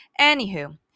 anywho